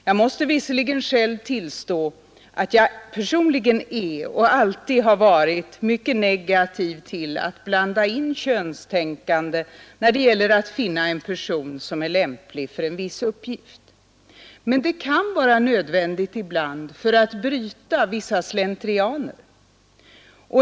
Jag måste visserligen tillstå att jag personligen är och alltid har varit mycket negativ till att blanda in könstänkande när det gäller att finna en person som är lämplig för en viss uppgift, men det kan vara motiverat ibland för att bryta vissa slentrianer.